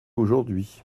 aujourd’hui